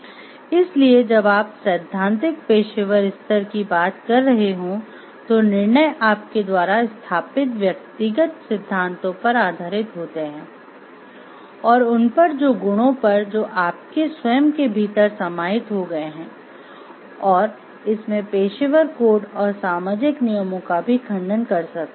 इसलिए जब आप सैद्धांतिक पेशेवर स्तर की बात कर रहे हों तो निर्णय आपके द्वारा स्थापित व्यक्तिगत सिद्धांतों पर आधारित होते है और उन पर जो गुणों पर जो आपके स्वयं के भीतर समाहित हो गए हैं और इसमें पेशेवर कोड और सामाजिक नियमों का भी खंडन कर सकते हैं